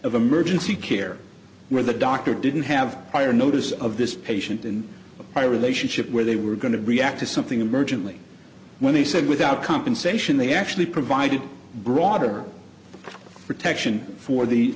of emergency care where the doctor didn't have higher notice of this patient in my relationship where they were going to react to something emergent like when they said without compensation they actually provided broader protection for the